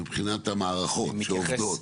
ומבחינת המערכות שעובדות.